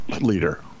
leader